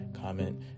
comment